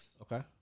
Okay